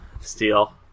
steel